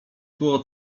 było